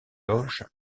loges